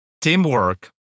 teamwork